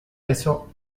eso